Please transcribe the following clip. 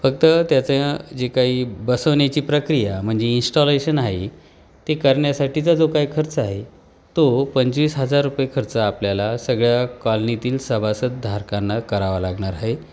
फक्त त्याचं जे काही बसवण्याची प्रक्रिया म्हणजे इनस्टॉलेशन आहे ते करण्यासाठीचा जो काय खर्च आहे तो पंचवीस हजार रुपये खर्च आपल्याला सगळ्या कॉलनीतील सभासद धारकांना करावा लागणार आहे